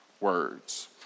words